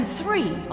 three